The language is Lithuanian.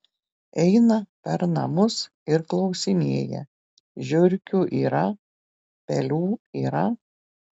eina per namus ir klausinėja žiurkių yra pelių yra